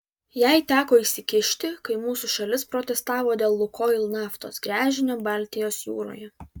jai teko įsikišti kai mūsų šalis protestavo dėl lukoil naftos gręžinio baltijos jūroje